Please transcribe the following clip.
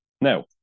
Now